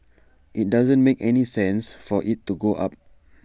IT doesn't make any sense for IT to go up